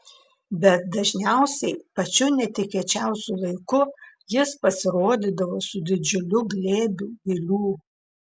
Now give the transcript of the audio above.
bet dažniausiai pačiu netikėčiausiu laiku jis pasirodydavo su didžiuliu glėbiu gėlių